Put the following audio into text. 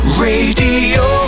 radio